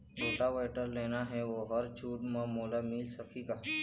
Rotavator लेना हे ओहर छूट म मोला मिल सकही का?